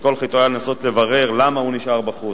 כל חטאו היה שניסה לברר למה הוא נשאר בחוץ.